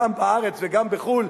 גם בארץ וגם בחו"ל,